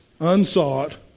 unsought